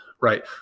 right